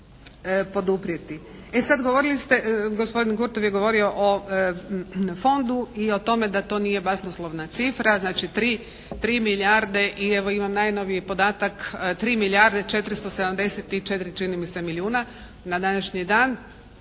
E sad govorili ste, gospodin Kurtov je govorio o Fondu i o tome da to nije basnoslovna cifra. Znači tri, tri milijarde i evo imam najnoviji podatak, tri milijarde i 474 čini mi se milijuna na današnji dan.